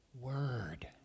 word